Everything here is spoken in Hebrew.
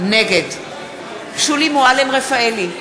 נגד שולי מועלם-רפאלי,